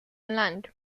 land